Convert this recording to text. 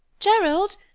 gerald,